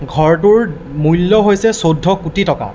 ঘৰটোৰ মূল্য হৈছে চৈধ্য কোটি টকা